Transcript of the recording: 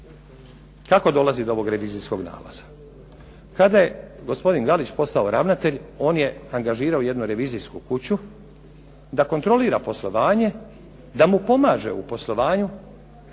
Kako dolazi do ovog revizijskog nalaza? Kada je gospodin Galić postao ravnatelj on je angažirao jednu revizijsku kuću da kontrolira poslovanje, da mu pomaže u poslovanju,